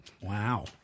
Wow